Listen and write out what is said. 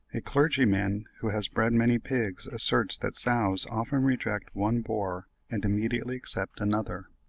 a clergyman, who has bred many pigs, asserts that sows often reject one boar and immediately accept another.